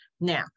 Now